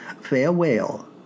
Farewell